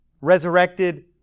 resurrected